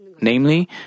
Namely